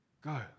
go